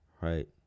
right